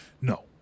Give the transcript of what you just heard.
No